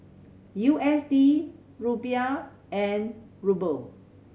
U S D Rupiah and Ruble